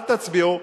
אל תצביעו.